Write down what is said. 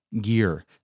Gear